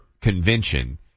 convention